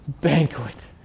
banquet